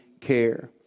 care